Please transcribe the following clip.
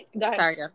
Sorry